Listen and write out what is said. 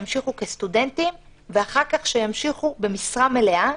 ימשיכו כסטודנטים ואחר כך שימשיכו במשרה מלאה.